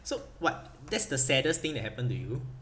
so what that's the saddest thing that happen to you